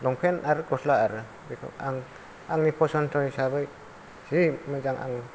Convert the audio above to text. long pant आरो गस्ला आरो बेखौ आंनि पसन्द हिसाबै जि मोजां आं